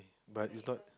but it's not